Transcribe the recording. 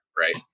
right